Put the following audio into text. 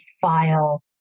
file